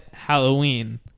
halloween